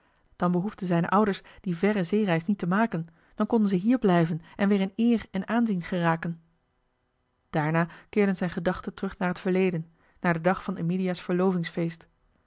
dan behoefden zijne ouders die verre zeereis niet te maken dan konden ze hier blijven en weer in eer en aanzien geraken daarna keerden zijne gedachten terug naar het verleden naar den dag van emilia's verlovingsfeest